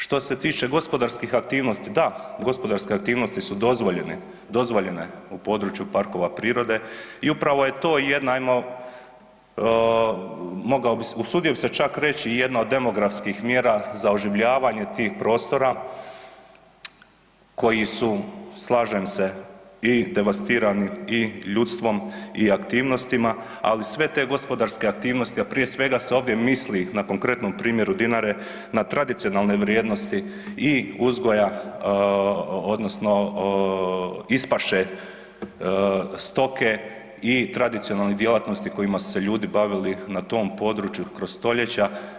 Što se tiče gospodarskih aktivnosti, da, gospodarska aktivnosti su dozvoljene u području parkova prirode i upravo je to jedna, ajmo, mogao bih, usudio bih se čak reći i jedno od demografskih mjera za oživljavanje tih prostora koji su, slažem se i devastirani i ljudstvom i aktivnostima, ali sve te gospodarske aktivnosti, a prije svega se ovdje misli na konkretnom primjeru Dinare na tradicionalne vrijednosti i uzgoja odnosno ispaše stoke i tradicionalnih djelatnosti kojima su se ljudi bavili na tom području kroz stoljeća.